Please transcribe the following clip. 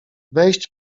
wejść